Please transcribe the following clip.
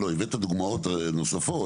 הבאת דוגמאות נוספות.